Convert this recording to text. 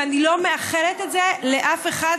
ואני לא מאחלת את זה לאף אחד,